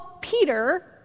Peter